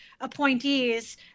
appointees